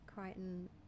Crichton